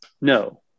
no